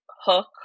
hook